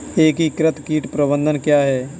एकीकृत कीट प्रबंधन क्या है?